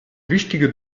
wichtige